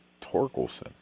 Torkelson